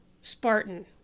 Spartan